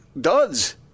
duds